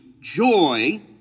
joy